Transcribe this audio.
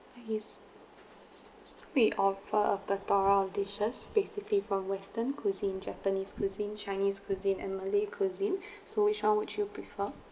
yes s~ s~ split of a plethora of dishes basically from western cuisine japanese cuisine chinese cuisine and malay cuisine so which one would you prefer